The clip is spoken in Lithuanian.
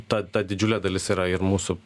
ta ta didžiulė dalis yra ir mūsų